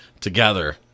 together